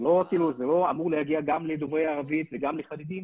זה לא אמור להגיע גם לדוברי ערבית וגם לחרדים?